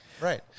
right